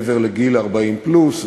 מעבר לגיל 40 פלוס,